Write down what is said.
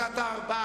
רבותי,